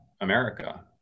America